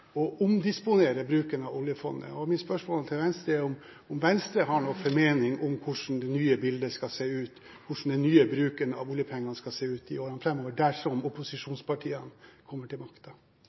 å omdisponere bruken av oljefondet. Mitt spørsmål til Venstre er om Venstre har noen formening om hvordan det nye bildet skal se ut, og hvordan den nye bruken av oljepenger skal bli i årene framover dersom opposisjonspartiene kommer til